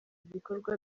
ibikorwa